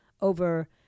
over